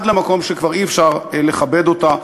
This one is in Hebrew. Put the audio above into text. עד למקום שכבר אי-אפשר לכבד אותה,